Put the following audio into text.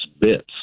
bits